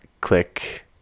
click